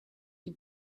die